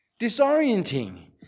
Disorienting